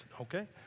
okay